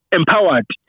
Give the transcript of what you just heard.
empowered